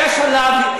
היה שלב,